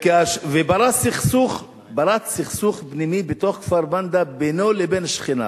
ופרץ סכסוך פנימי בתוך כפר-מנדא, בינו לבין שכניו.